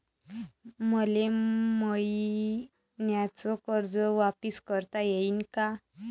मले मईन्याचं कर्ज वापिस करता येईन का?